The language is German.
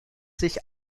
sich